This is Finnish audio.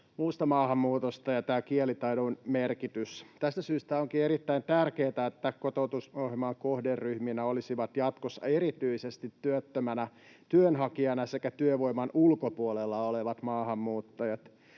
muusta maahanmuutosta, ja tämä kielitaidon merkitys. Tästä syystä onkin erittäin tärkeätä, että kotoutumisohjelman kohderyhminä olisivat jatkossa erityisesti työttöminä työnhakijoina sekä työvoiman ulkopuolella olevat maahanmuuttajat.